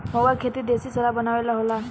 महुवा के खेती देशी शराब बनावे ला होला